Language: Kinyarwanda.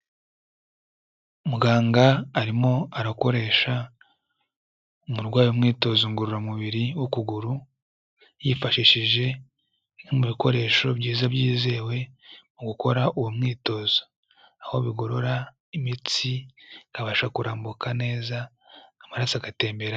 Muganga arimo arakoresha umurwayi umwitozo ngororamubiri w'ukuguru yifashishije bimwe mu bikoresho byiza byizewe mu gukora uwo mwitozo, aho bigorora imitsi ikabasha kurambuka neza amaraso agatembera.